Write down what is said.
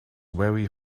very